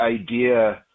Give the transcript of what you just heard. idea